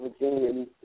Virginia